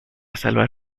salvar